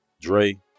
Dre